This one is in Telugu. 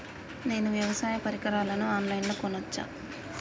నేను వ్యవసాయ పరికరాలను ఆన్ లైన్ లో కొనచ్చా?